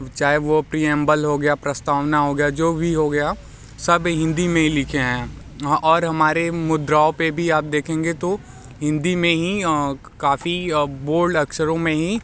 चाहे वो प्रीऐमबल हो गया प्रस्तावना हो गया जो भी हो गया सब हिंदी में ही लिखे हैं और हमारे मुद्राओं पे भी आप देखेंगे तो हिंदी में ही काफ़ी बोल्ड अक्षरों में ही